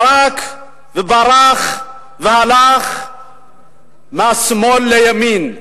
ערק וברח והלך מהשמאל לימין,